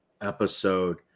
episode